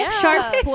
Sharp